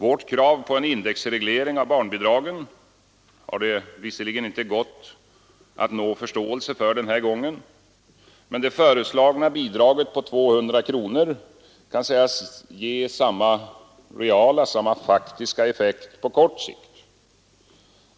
Vårt krav på en indexreglering av barnbidragen har det visserligen inte gått att nå förståelse för den här gången, men det föreslagna bidraget på 200 kronor kan sägas ge samma faktiska effekt på kort sikt.